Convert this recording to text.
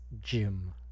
Jim